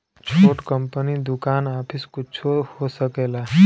छोट कंपनी दुकान आफिस कुच्छो हो सकेला